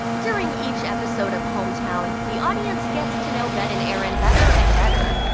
during each episode of home town, the audience gets to know ben and erin better and better.